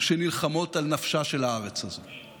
שנלחמות על נפשה של הארץ הזאת?